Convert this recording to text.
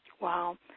Wow